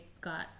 got